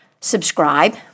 subscribe